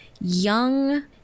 young